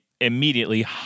immediately